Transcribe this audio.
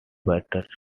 better